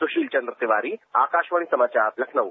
सुशील चंद्र तिवारी आकाशवाणी समाचार लखनऊ